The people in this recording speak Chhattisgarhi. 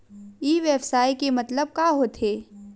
ई व्यवसाय के मतलब का होथे?